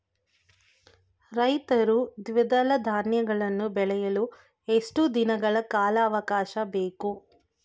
ರೈತರು ದ್ವಿದಳ ಧಾನ್ಯಗಳನ್ನು ಬೆಳೆಯಲು ಎಷ್ಟು ದಿನಗಳ ಕಾಲಾವಾಕಾಶ ಬೇಕು?